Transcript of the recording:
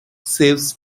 saves